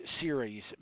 series